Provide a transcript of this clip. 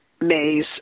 May's